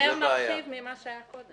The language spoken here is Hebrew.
זה יותר מרחיב ממה שהיה קודם.